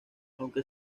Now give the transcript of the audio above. aunque